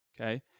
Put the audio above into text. okay